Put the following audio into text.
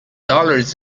dollars